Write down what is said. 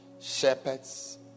shepherds